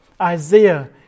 Isaiah